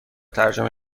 ترجمه